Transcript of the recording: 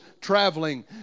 traveling